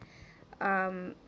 um